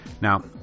Now